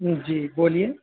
جی بولیے